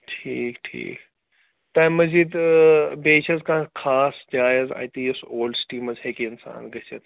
ٹھیٖک ٹھیٖک تَمہِ مٔزیٖد بیٚیہِ چھِ حظ کانٛہہ خاص جاے حظ اَتہِ یُس اولڈٕ سِٹی منٛز ہکہِ اِنسان گٔژھِتھ